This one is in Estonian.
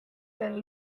talle